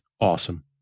awesome